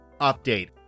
Update